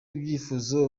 ibyifuzo